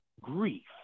grief